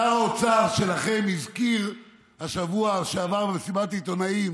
שר האוצר שלכם הזכיר בשבוע שעבר במסיבת עיתונאים